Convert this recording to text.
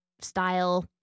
Style